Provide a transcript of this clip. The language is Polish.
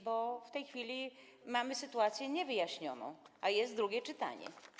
Bo w tej chwili mamy sytuację niewyjaśnioną, a jest drugie czytanie.